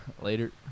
Later